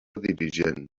dirigent